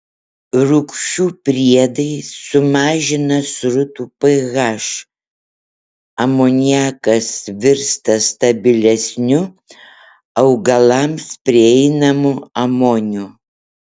rūgščių priedai sumažina srutų ph amoniakas virsta stabilesniu augalams prieinamu amoniu